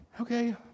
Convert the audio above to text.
Okay